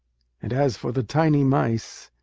and as for the tiny mice,